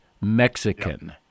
Mexican